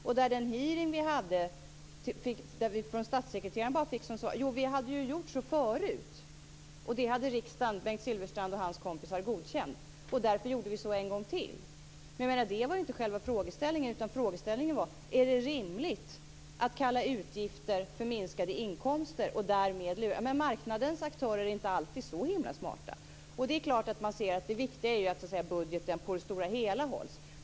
I den hearing som vi hade fick vi bara svaret från statssekreteraren: Vi hade ju gjort så förut, och det hade riksdagen - Bengt Silfverstrand och hans kompisar - godkänt, och därför gjorde vi så en gång till. Men det var inte själva frågeställningen, utan den var: Är det rimligt att kalla utgifter för minskade inkomster? Marknadens aktörer är inte alltid så smarta. Det är klart att man ser att det viktiga är att budgeten på det stora hela hålls.